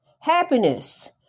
happiness